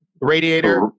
radiator